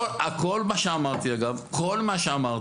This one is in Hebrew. כל מה שאמרתי קיים